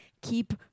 keep